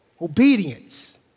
obedience